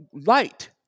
light